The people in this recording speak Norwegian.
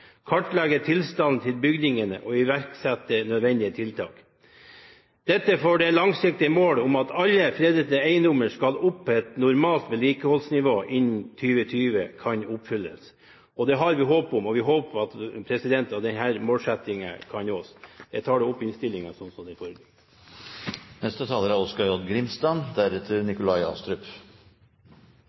kartlegge tilstanden til bygningene og iverksette nødvendige tiltak – dette for at det langsiktige mål om at alle fredede eiendommer skal opp på et normalt vedlikeholdsnivå innen 2020, kan oppfylles. Og vi håper at denne målsettingen kan nås. Jeg legger med dette fram innstillingen, slik den foreligger. Som representantane bak forslaget i sak nr. 4 viser til, er